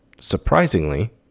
Surprisingly